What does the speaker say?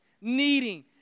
needing